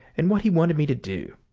and what he wanted me to do.